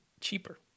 cheaper